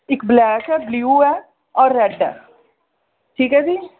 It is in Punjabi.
ਇੱਕ ਬਲੈਕ ਹੈ ਬਲਿਊ ਹੈ ਔਰ ਰੈੱਡ ਹੈ ਠੀਕ ਹੈ ਜੀ